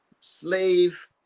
slave